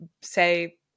say